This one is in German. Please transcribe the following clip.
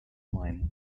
main